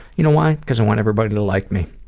you know why? cause i want everybody to like me,